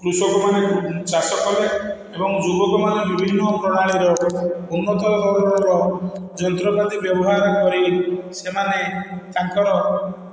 କୃଷକମାନେ ଚାଷ କଲେ ଏବଂ ଯୁବକମାନେ ବିଭିନ୍ନ ପ୍ରଣାଳୀର ଉନ୍ନତଧରଣର ଯନ୍ତ୍ରପାତି ବ୍ୟବହାର କରି ସେମାନେ ତାଙ୍କର